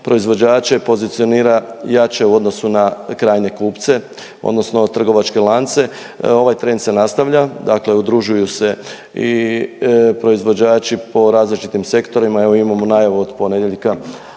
proizvođače pozicionira jače u odnosu na krajnje kupce odnosno trgovačke lance. Ovaj trend se nastavlja dakle udružuju se i proizvođači po različitim sektorima, evo imamo najavu od ponedjeljka